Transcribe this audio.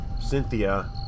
Cynthia